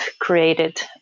created